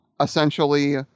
essentially